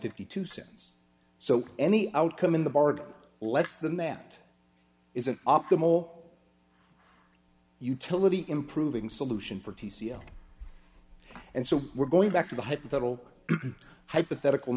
fifty two cents so any outcome in the bardo less than that is an optimal utility improving solution for t c l and so we're going back to the hypothetical hypothetical